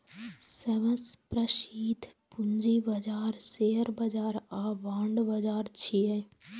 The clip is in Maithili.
सबसं प्रसिद्ध पूंजी बाजार शेयर बाजार आ बांड बाजार छियै